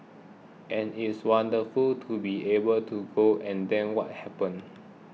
and it's wonderful to be able to go and then what happened